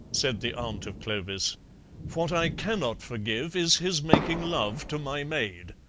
said the aunt of clovis what i cannot forgive is his making love to my maid.